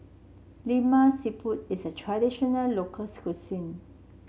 Lemak Siput is a traditional local cuisine